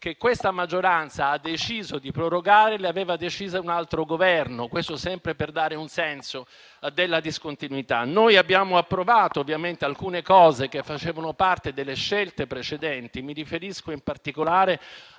che questa maggioranza ha deciso di prorogare le aveva decise un altro Governo, sempre per dare un senso alla discontinuità. Noi ovviamente abbiamo approvato alcune cose che facevano parte delle scelte precedenti e mi riferisco in particolare